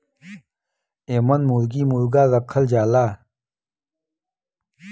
एमन मुरगी मुरगा रखल जाला